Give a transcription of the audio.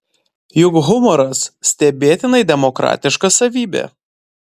juk humoras stebėtinai demokratiška savybė